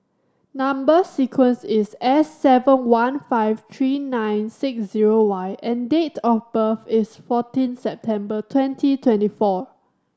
number sequence is S seven one five three nine six zero Y and date of birth is fourteen September twenty twenty four